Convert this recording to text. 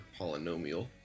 Polynomial